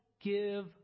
give